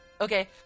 Okay